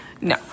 No